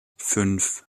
fünf